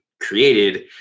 created